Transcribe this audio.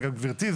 אגב גברתי,